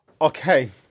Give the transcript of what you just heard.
Okay